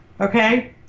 okay